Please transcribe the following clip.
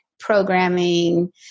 programming